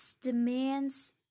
demands